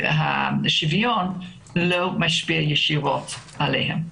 שוויון לא משפיע ישירות עליהם.